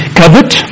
covered